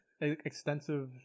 extensive